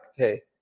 okay